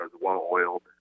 well-oiled